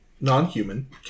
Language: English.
non-human